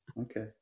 Okay